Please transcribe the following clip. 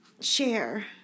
Share